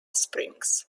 springs